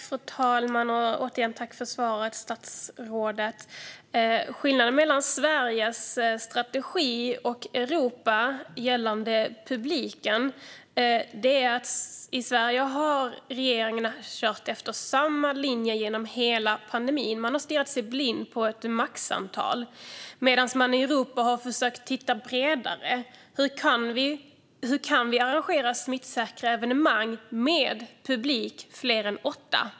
Fru talman! Återigen tack för svaret, statsrådet! Skillnaden mellan Sveriges strategi och övriga Europas gällande publiken är att i Sverige har regeringen kört på samma linje genom hela pandemin och stirrat sig blind på ett maxantal medan man i Europa har försökt tänka bredare och se hur man kan arrangera smittsäkra evenemang med publik på fler än åtta personer.